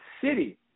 city